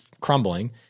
crumbling